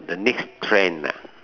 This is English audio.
the next trend ah